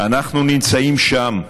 אנחנו נמצאים שם.